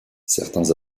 certains